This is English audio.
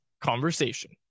Conversation